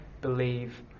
believe